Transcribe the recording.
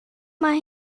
mae